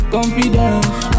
Confidence